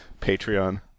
Patreon